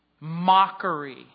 mockery